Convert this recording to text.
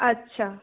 আচ্ছা